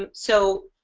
and so